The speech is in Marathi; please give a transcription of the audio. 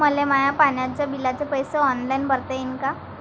मले माया पाण्याच्या बिलाचे पैसे ऑनलाईन भरता येईन का?